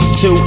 Two